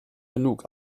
genug